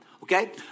Okay